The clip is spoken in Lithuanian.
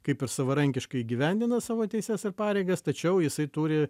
kaip ir savarankiškai įgyvendina savo teises ir pareigas tačiau jisai turi